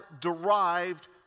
derived